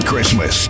Christmas